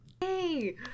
Hey